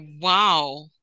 Wow